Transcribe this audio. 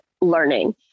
learning